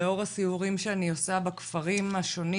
לאור הסיורים שאני עושה בכפרים השונים